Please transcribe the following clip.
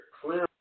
Clearly